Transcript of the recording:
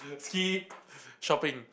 skip shopping